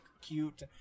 cute